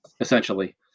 essentially